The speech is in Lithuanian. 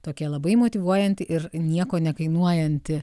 tokia labai motyvuojanti ir nieko nekainuojanti